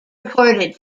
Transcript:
reported